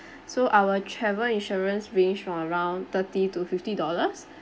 so our travel insurance range from around thirty to fifty dollars